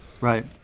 Right